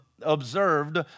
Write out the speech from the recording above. observed